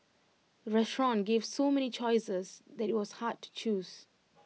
the restaurant gave so many choices that IT was hard to choose